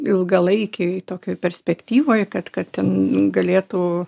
ilgalaikėj tokioj perspektyvoj kad kad ten galėtų